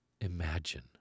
imagine